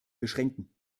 beschränken